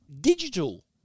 digital